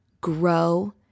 grow